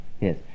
Yes